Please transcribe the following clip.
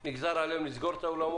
נגזר על בעלי האולמות לסגור את האולמות,